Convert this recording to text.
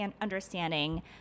understanding